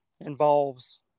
involves